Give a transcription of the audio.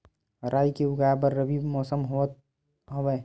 राई के उगाए बर रबी मौसम होवत हवय?